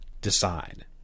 decide